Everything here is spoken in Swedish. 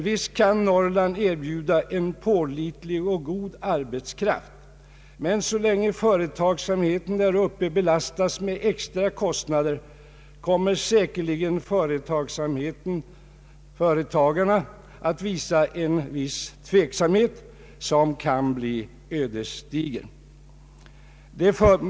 Visst kan Norrland erbjuda en pålitlig och god arbetskraft, men så länge företagsamheten där uppe belastas med extra kostnader kommer säkerligen företagarna att visa en viss tveksamhet, som kan bli ödesdiger.